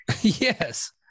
Yes